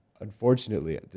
unfortunately